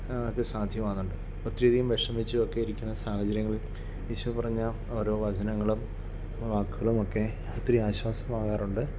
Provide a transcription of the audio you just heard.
അത് സാധ്യമാവുന്നുണ്ട് ഒത്തിരി അധികം വിഷമിച്ചുമൊക്കെ ഇരിക്കുന്ന സാഹചര്യങ്ങളിൽ ഈശോ പറഞ്ഞ ഓരോ വചനങ്ങളും വാക്കുകളുമൊക്കെ ഒത്തിരി ആശ്വാസമാവാറുണ്ട്